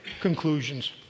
conclusions